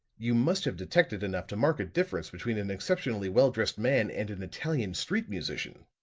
you must have detected enough to mark a difference between an exceptionally well-dressed man and an italian street musician.